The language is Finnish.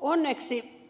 onneksi